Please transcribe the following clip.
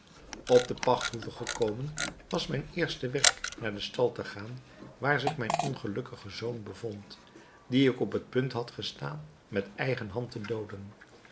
op de pachthoeve gekomen was mijn eerste werk naar den stal te gaan waar zich mijn ongelukkige zoon bevond dien ik op het punt had gestaan met eigen hand te dooden